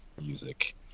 music